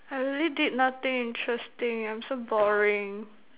I really did nothing interesting I'm so boring